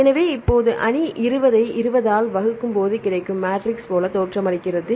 எனவே இப்போது அணி 20 ஐ 20 ஆல் வகுக்கும் போது கிடைக்கும் மேட்ரிக்ஸ் போல தோற்றமளிக்கிறது